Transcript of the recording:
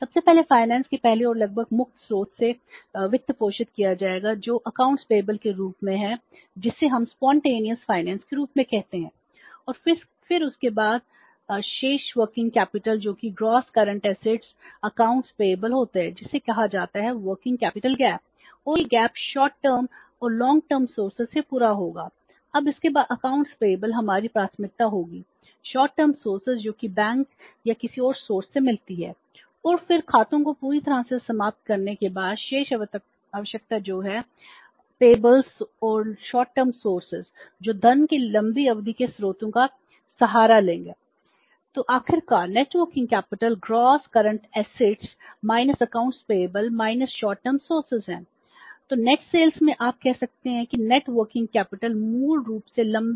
सबसे पहले वित्त के पहले और लगभग मुक्त स्रोत से वित्त पोषित किया जाएगा जो देय खातों से मिलते हैं और फिर खातों को पूरी तरह से समाप्त करने के बाद शेष आवश्यकता जो है देय मूल रूप से लंबी अवधि के स्रोतों से आने वाले फंड हैं